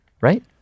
right